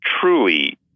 truly